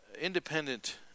independent